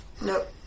Nope